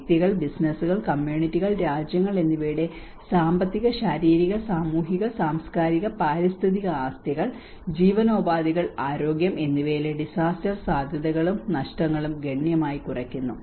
വ്യക്തികൾ ബിസിനസ്സുകൾ കമ്മ്യൂണിറ്റികൾ രാജ്യങ്ങൾ എന്നിവയുടെ സാമ്പത്തിക ശാരീരിക സാമൂഹിക സാംസ്കാരിക പാരിസ്ഥിതിക ആസ്തികൾ ജീവനോപാധികൾ ആരോഗ്യം എന്നിവയിലെ ഡിസാസ്റ്റർ സാധ്യതകളും നഷ്ടങ്ങളും ഗണ്യമായി കുറയ്ക്കുന്നു